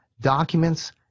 documents